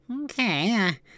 okay